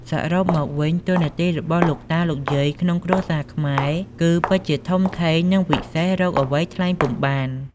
សរុបមកវិញ តួនាទីរបស់លោកតា លោកយាយក្នុងគ្រួសារខ្មែរគឺពិតជាធំធេង និងវិសេសរកអ្វីថ្លែងពុំបាន។